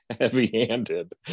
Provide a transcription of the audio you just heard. heavy-handed